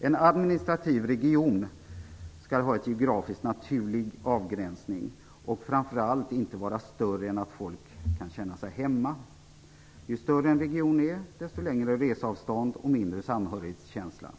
En administrativ region skall ha en geografiskt naturlig avgränsning och framför allt inte vara större än att folk kan känna sig hemma. Ju större en region är, desto längre resavstånd och mindre samhörighetskänsla.